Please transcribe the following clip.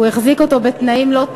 הוא החזיק אותו בתנאים-לא-תנאים,